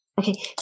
Okay